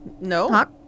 No